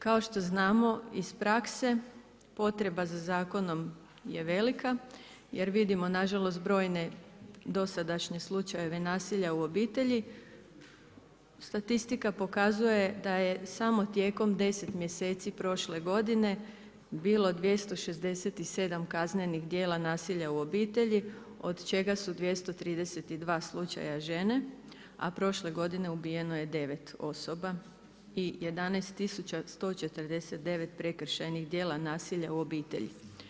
Kao što znamo iz prakse, potreba za zakonom je velika, jer vidimo, nažalost brojne dosadašnje slučajeve nasilja u obitelji, statistika pokazuje da je samo tijekom 10 mjeseci prošle godine, bilo 267 kaznenih djela nasilja u obitelji, od čega su 232 slučaja žene, a prošle godine ubijeno je 9 osoba i 11149 prekršajnih dijela nasilja u obitelji.